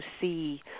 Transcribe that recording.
see